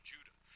Judah